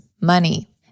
money